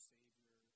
Savior